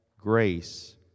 grace